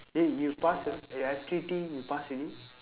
eh you pass your eh F_T_T you pass already